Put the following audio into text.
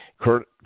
Kurt